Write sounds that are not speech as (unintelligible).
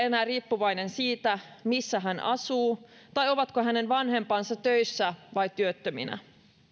(unintelligible) enää riippuvainen siitä missä hän asuu tai ovatko hänen vanhempansa töissä vai työttöminä